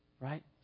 right